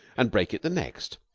and break it the next.